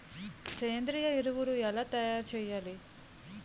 సేంద్రీయ ఎరువులు ఎలా తయారు చేయాలి?